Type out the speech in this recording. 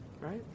right